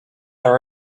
our